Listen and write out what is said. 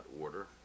order